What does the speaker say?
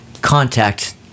contact